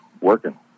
working